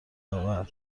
آور